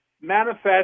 manifest